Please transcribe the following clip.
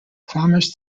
farmers